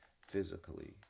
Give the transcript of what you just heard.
physically